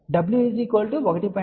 కాబట్టి w 1